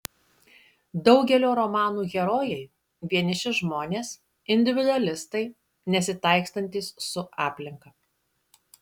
daugelio romanų herojai vieniši žmonės individualistai nesitaikstantys su aplinka